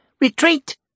retreat